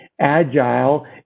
Agile